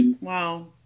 wow